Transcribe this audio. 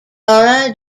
dora